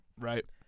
Right